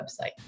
website